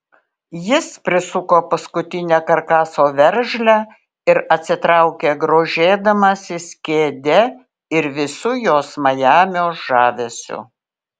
jis prisuko paskutinę karkaso veržlę ir atsitraukė grožėdamasis kėde ir visu jos majamio žavesiu